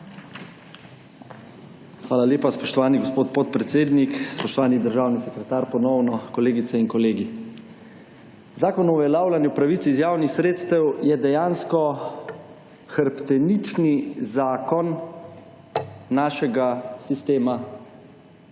Hvala lepa. Spoštovani gospod podpredsednik, spoštovani državni sekretar, ponovno, kolegice in kolegi! Zakon o uveljavljanju pravic iz javnih sredstev je dejansko hrbtenični zakon našega sistema javnih